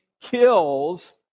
kills